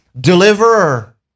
deliverer